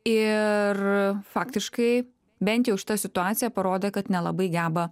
ir faktiškai bent jau šita situacija parodė kad nelabai geba